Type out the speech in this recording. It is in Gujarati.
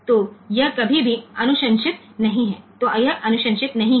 તેથી આ ભલામણ કરવા પાત્ર નથી